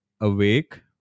awake